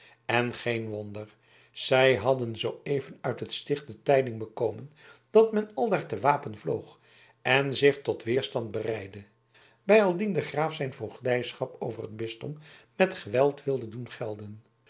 en geen wonder zij hadden zooeven uit het sticht de tijding bekomen dat men aldaar te wapen vloog en zich tot weerstand bereidde bijaldien de graaf zijn voogdijschap over t bisdom met geweld wilde doen gelden